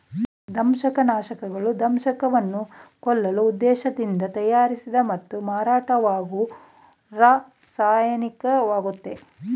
ದಂಶಕನಾಶಕಗಳು ದಂಶಕವನ್ನ ಕೊಲ್ಲೋ ಉದ್ದೇಶ್ದಿಂದ ತಯಾರಿಸಿದ ಮತ್ತು ಮಾರಾಟವಾಗೋ ರಾಸಾಯನಿಕವಾಗಯ್ತೆ